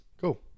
cool